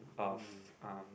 of um